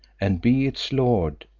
and be its lord,